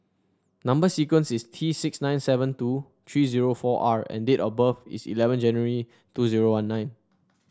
number sequence is T six nine seven two three zero four R and date of birth is eleven January two zero one nine